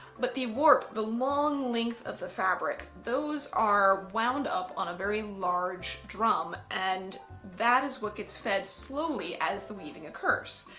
but the warp, the long length of the fabric, those are wound up on a very large drum and that is what gets fed slowly as the weaving occurs.